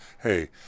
hey